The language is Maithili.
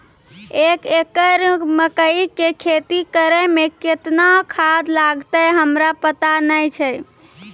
एक एकरऽ मकई के खेती करै मे केतना खाद लागतै हमरा पता नैय छै?